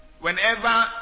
Whenever